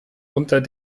unter